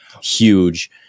huge